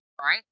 right